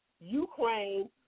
Ukraine